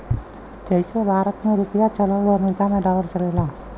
जइसे भारत मे रुपिया चलला अमरीका मे डॉलर चलेला